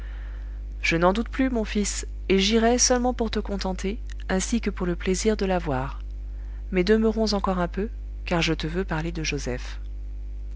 je n'en doute plus mon fils et j'irai seulement pour te contenter ainsi que pour le plaisir de la voir mais demeurons encore un peu car je te veux parler de joseph